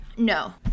No